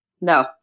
no